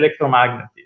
electromagnetism